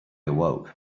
awoke